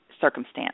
circumstance